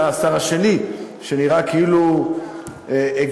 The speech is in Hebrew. אתה השר השני שנראה כאילו הגיע,